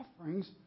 offerings